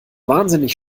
wahnsinnig